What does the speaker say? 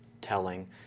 telling